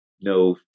no